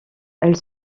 elle